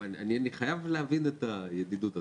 אבל אני חייב להבין את הידידות הזאת.